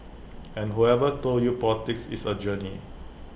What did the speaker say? and whoever told you politics is A journey